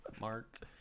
mark